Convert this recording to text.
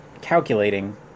calculating